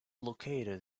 located